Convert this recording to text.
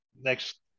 next